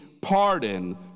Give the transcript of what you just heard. pardon